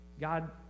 God